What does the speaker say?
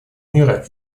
мира